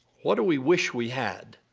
what do we wish we had?